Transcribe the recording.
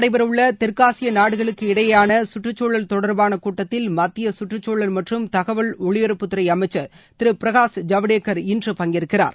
நடைபெறவுள்ளதெற்காசியநாடுகளுக்கு இடையேயானகற்றுச்சூழல் தொடர்பானகூட்டத்தில் டாக்காவில் மத்தியசுற்றுச்சூழல் மற்றும் தகவல் ஒளிபரப்புத் துறைஅமைச்சர் திருபிரகாஷ் ஐவடேக்கர் இன்று பங்கேற்கிறார்